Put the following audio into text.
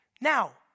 Now